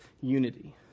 unity